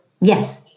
Yes